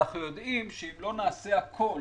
אבל אנחנו יודעים שאם לא נעשה הכול